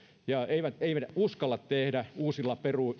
eivätkä uskalla tehdä uusilla